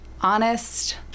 honest